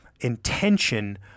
intention